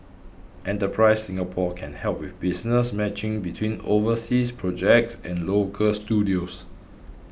enterprise Singapore can help with business matching between overseas projects and local studios